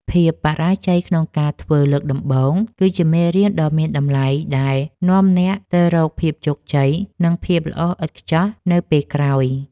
ភាពបរាជ័យក្នុងការធ្វើលើកដំបូង គឺជាមេរៀនដ៏មានតម្លៃដែលនាំអ្នកទៅរកភាពជោគជ័យ និងភាពល្អឥតខ្ចោះនៅពេលក្រោយ។